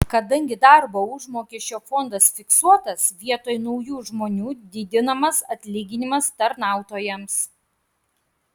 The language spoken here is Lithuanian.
kadangi darbo užmokesčio fondas fiksuotas vietoj naujų žmonių didinamas atlyginimas tarnautojams